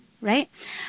right